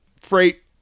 freight